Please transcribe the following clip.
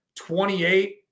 28